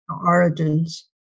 origins